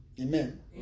Amen